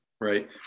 right